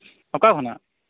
ᱚᱠᱟ ᱠᱷᱚᱱᱟᱜ